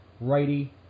Righty